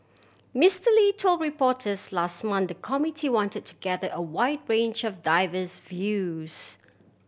Mister Lee told reporters last month the committee wanted to gather a wide range of diverse views